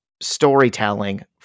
storytelling